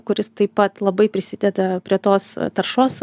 kuris taip pat labai prisideda prie tos taršos